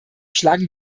schlagen